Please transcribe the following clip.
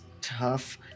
tough